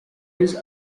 his